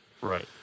Right